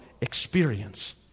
experience